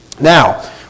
Now